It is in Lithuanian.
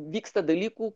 vyksta dalykų